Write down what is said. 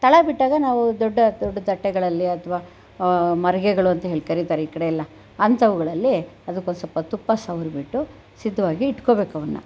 ತಳ ಬಿಟ್ಟಾಗ ನಾವು ದೊಡ್ಡ ದೊಡ್ಡ ತಟ್ಟೆಗಳಲ್ಲಿ ಅಥ್ವಾ ಮರ್ಗೆಗಳು ಅಂತ ಹೇಳಿ ಕರೀತಾರೆ ಈಕಡೆಯೆಲ್ಲ ಅಂಥವುಗಳಲ್ಲಿ ಅದಕ್ಕೊಂದ್ ಸ್ವಲ್ಪ ತುಪ್ಪ ಸವ್ರಿಬಿಟ್ಟು ಸಿದ್ಧವಾಗಿ ಇಟ್ಕೋಬೇಕು ಅವನ್ನ